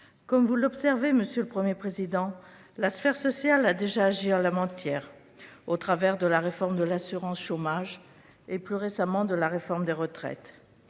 Comme vous l'observez, monsieur le Premier président, la sphère sociale a déjà agi en la matière, au travers de la réforme de l'assurance chômage et, plus récemment, de la réforme des retraites.